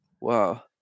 wow